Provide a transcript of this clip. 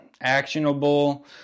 actionable